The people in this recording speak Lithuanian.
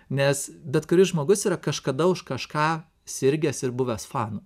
nes bet kuris žmogus yra kažkada už kažką sirgęs ir buvęs fanu